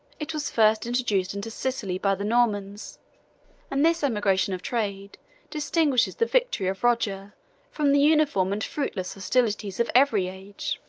it was first introduced into sicily by the normans and this emigration of trade distinguishes the victory of roger from the uniform and fruitless hostilities of every age.